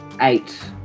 eight